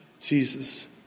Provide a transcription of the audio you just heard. Jesus